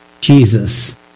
Jesus